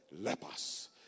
lepers